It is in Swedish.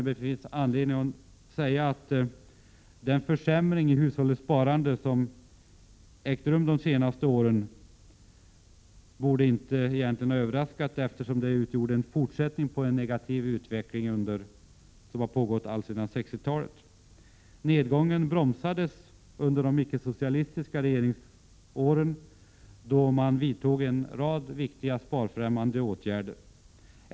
Men det finns anledning att säga att den försämring i hushållens sparande som har ägt rum under de senaste åren egentligen inte borde ha överraskat, eftersom den utgjorde en fortsättning på den negativa utveckling som har pågått alltsedan 60-talet. Nedgången bromsades upp under de icke-socialistiska regeringsåren, då en rad viktiga sparfrämjande åtgärder vidtogs.